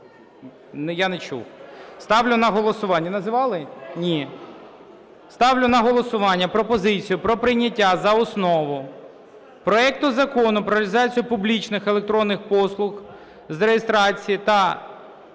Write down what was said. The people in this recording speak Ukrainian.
Ні. Ставлю на голосування пропозицію про прийняття за основу проекту Закону про реалізацію публічних електронних послуг з реєстрації та декларування